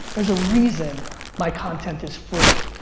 there's a reason my content is free.